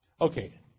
Okay